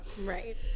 Right